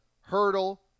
Hurdle